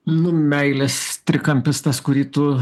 nu meilės trikampis tas kurį tu